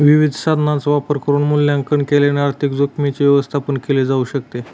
विविध साधनांचा वापर करून मूल्यांकन केल्याने आर्थिक जोखीमींच व्यवस्थापन केल जाऊ शकत